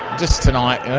just tonight,